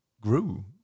grew